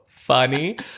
funny